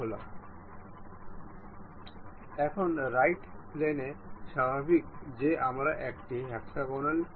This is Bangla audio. আমাদের এখানে কিছু চাকা এবং কিছু রেল ট্র্যাক রয়েছে